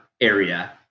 area